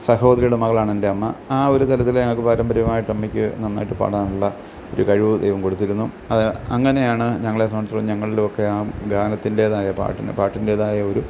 സഹോദരിയുടെ മകളാണ് എൻ്റെ അമ്മ ആ ഒരു തലത്തിൽ ഞങ്ങൾക്ക് പാരമ്പര്യമായിട്ട് അമ്മയ്ക്ക് നന്നായിട്ട് പാടാനുള്ള ഒരു കഴിവ് ദൈവം കൊടുത്തിരുന്നു അത് അങ്ങനെയാണ് ഞങ്ങളെ സംബന്ധിച്ചോളം ഞങ്ങളിലുമൊക്കെ ആ ഗാനത്തിന്റേതായ പാട്ടിൻ്റെ പാട്ടിന്റേതായ ഒരു